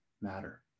matter